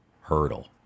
hurdle